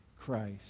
Christ